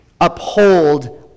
uphold